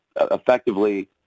effectively